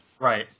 Right